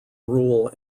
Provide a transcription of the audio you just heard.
rule